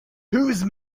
whose